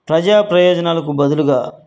ప్రజా ప్రయోజనాలకు బదులుగా